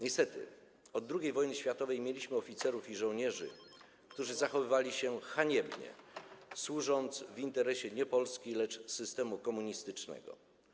Niestety od II wojny światowej mieliśmy oficerów i żołnierzy, którzy zachowywali się haniebnie, służąc w interesie nie Polski, lecz systemu komunistycznego.